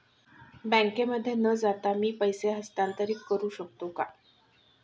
बँकेमध्ये न जाता मी पैसे हस्तांतरित करू शकतो का?